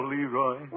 Leroy